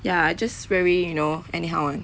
ya I just very you know anyhow [one]